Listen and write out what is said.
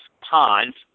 ponds